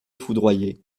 foudroyé